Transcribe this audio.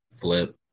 Flip